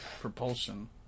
propulsion